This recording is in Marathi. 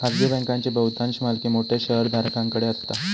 खाजगी बँकांची बहुतांश मालकी मोठ्या शेयरधारकांकडे असता